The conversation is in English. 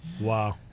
Wow